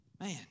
Man